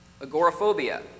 agoraphobia